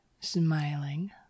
smiling